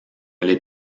les